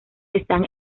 están